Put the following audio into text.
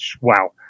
Wow